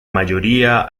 mayoría